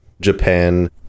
japan